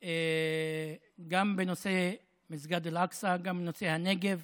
גם בנושא מסגד אל-אקצא, גם בנושא הנגב,